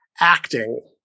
acting